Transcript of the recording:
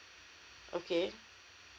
okay